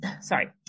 sorry